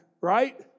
right